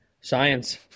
science